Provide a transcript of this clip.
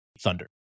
Thunder